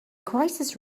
crisis